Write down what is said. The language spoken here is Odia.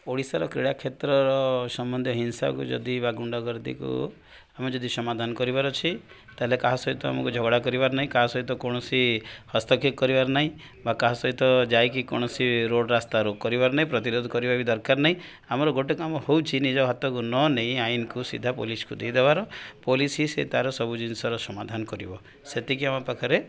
ଓଡ଼ିଶାର କ୍ରୀଡ଼ା କ୍ଷେତ୍ରର ସମ୍ବନ୍ଧୀୟ ହିଂସାକୁ ଯଦି ବା ଗୁଣ୍ଡ ଗର୍ଦିକୁ ଆମେ ଯଦି ସମାଧାନ କରିବାର ଅଛି ତା'ହେଲେ କାହା ସହିତ ଆମକୁ ଝଗଡ଼ା କରିବାର ନାହିଁ କାହା ସହିତ କୌଣସି ହସ୍ତକ୍ଷେକ୍ଷ କରିବାର ନାହିଁ ବା କାହା ସହିତ ଯାଇକି କୌଣସି ରୋଡ଼ ରାସ୍ତା ରୋଗ କରିବାର ନାହିଁ ପ୍ରତିରୋଧ କରିବା ବି ଦରକାର ନାହିଁ ଆମର ଗୋଟେ କାମ ହେଉଛି ନିଜ ହାତକୁ ନ ନେଇ ଆଇନକୁ ସିଧା ପୋଲିସକୁ ଦେଇ ଦେବାର ପୋଲିସ ହି ସେ ତା'ର ସବୁ ଜିନିଷର ସମାଧାନ କରିବ ସେତିକି ଆମ ପାଖରେ